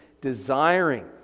desiring